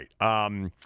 right